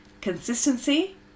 consistency